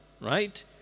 Right